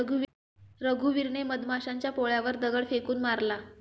रघुवीरने मधमाशांच्या पोळ्यावर दगड फेकून मारला